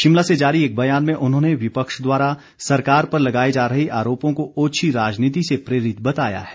शिमला से जारी एक बयान में उन्होंने विपक्ष द्वारा सरकार पर लगाए जा रहे आरोपों को ओछी राजनीति से प्रेरित बताया है